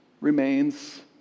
remains